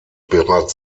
bereits